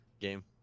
game